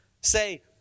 Say